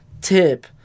tip